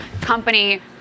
company